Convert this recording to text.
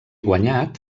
guanyat